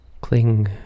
cling